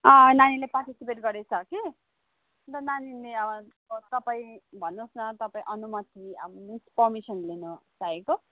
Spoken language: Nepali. नानीले पार्टिसिपेट गरेको छ कि अन्त नानीले अब तपाईँ भन्नुहोस् न तपाईँ अनुमति अब मिन्स पर्मिसन लिनु चाहेको